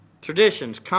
traditions